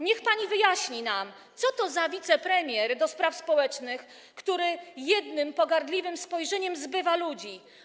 Niech pani wyjaśni nam, co to za wicepremier do spraw społecznych, który jednym pogardliwym spojrzeniem zbywa ludzi.